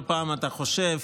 כל פעם שאתה חושב